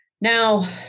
Now